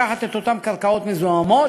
לקחת את אותן קרקעות מזוהמות